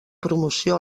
promoció